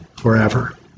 forever